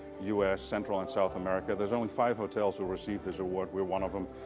u s, central and south america, there's only five hotels who received this award. we're one of them.